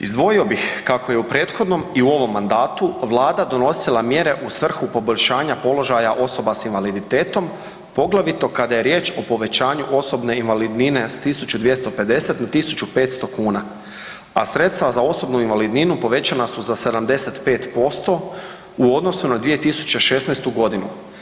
Izdvojio bih kako je u prethodnom i u ovom mandatu Vlada donosila mjere u svrhu poboljšanja položaja osoba s invaliditetom, poglavito kada je riječ o povećanju osobne invalidnine s 1.250 na 1.500 kuna, a sredstva za osobnu invalidninu povećana su za 75% u odnosu na 2016. godinu.